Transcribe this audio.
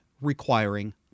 requiring